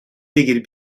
بگیر